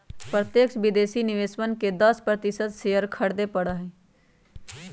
प्रत्यक्ष विदेशी निवेशकवन के दस प्रतिशत शेयर खरीदे पड़ा हई